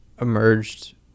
emerged